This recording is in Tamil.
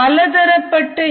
பலதரப்பட்ட இ